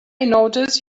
notice